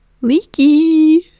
Leaky